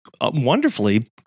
wonderfully